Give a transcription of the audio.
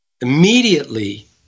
immediately